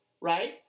right